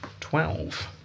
Twelve